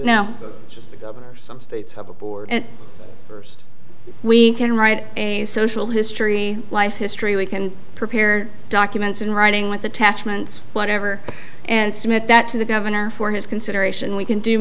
just some states have a board and we can write a social history life history we can prepare documents in writing with attachments whatever and submit that to the governor for his consideration we can do